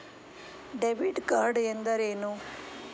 Debit card ಎಂದರೇನು?